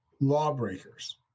lawbreakers